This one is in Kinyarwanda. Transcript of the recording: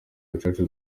gacaca